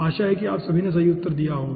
आशा है कि आप सभी ने सही उत्तर दिया होगा